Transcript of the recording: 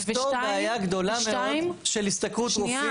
ושתיים --- זה יפתור בעיה גדולה מאוד של השתכרות רופאים.